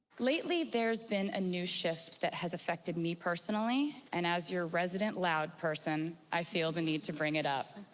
lately, there's been a new shift that has affected me personally. and as your resident loud person, i feel the need to bring it up.